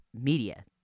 media